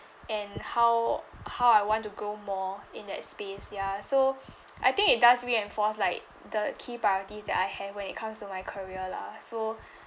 and how how I want to grow more in that space ya so I think it does reinforce like the key priorities that I have when it comes to my career lah so